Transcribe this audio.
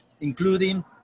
including